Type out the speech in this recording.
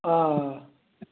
آ آ